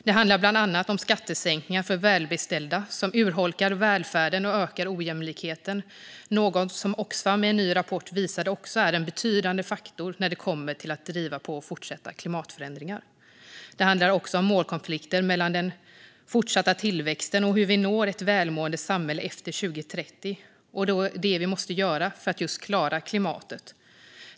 Det handlar bland annat om skattesänkningar för välbeställda som urholkar välfärden och ökar ojämlikheten, vilket är något som Oxfam i en ny rapport visade också är en betydande faktor när det gäller att driva på fortsatta klimatförändringar. Det handlar om målkonflikter mellan den fortsatta tillväxten, hur vi når ett välmående samhälle efter 2030 och det vi måste göra för att just klara klimatet.